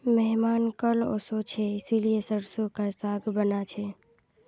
मेहमान कल ओशो छे इसीलिए सरसों का साग बाना छे